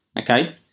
Okay